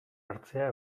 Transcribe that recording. hartzea